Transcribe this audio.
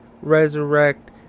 resurrect